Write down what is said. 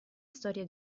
storia